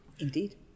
Indeed